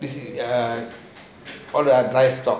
ah all the price stock